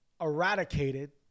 eradicated